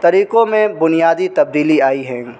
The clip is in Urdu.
طریقوں میں بنیادی تبدیلی آئی ہیں